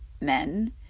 men